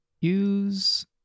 use